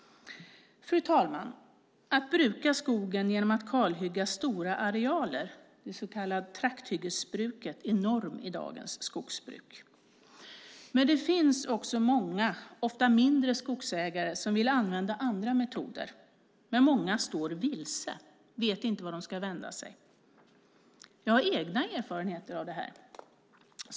Fru talman! Det så kallade trakthyggesbruket, att bruka skogen genom att kalhygga stora arealer, är enormt i dagens skogsbruk. Men det finns också många, ofta mindre, skogsägare som vill använda andra metoder. Men många står vilsna och vet inte vart de ska vända sig. Jag har egna erfarenheter av detta.